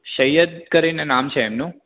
સૈયદ કરીને નામ છે એમનું